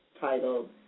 titled